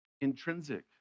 intrinsic